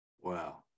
Wow